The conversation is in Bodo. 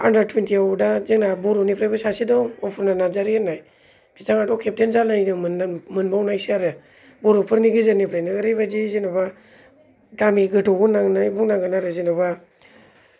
आन्दार थुइनथि आव दा जोंना बर'नि सासे दं अपुर्ना नार्जारी होननाय बिथाङाथ' केबटेन जालायनो मोनदों मोनबावनायसो आरो बर'फोरनि गेजेरनिफ्रायनो ओरैबायदि जेन'बा गामि गोथौ होननानैनो बुंनांगौमोन आरो जेन'बा